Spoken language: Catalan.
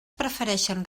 prefereixen